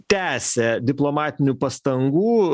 tęsia diplomatinių pastangų